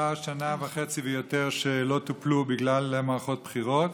לאחר שנה וחצי ויותר שהן לא טופלו בגלל מערכות בחירות,